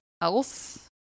else